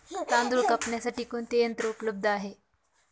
तांदूळ कापण्यासाठी कोणते यंत्र उपलब्ध आहे?